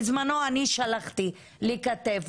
בזמנו שלחתי לכת"ף,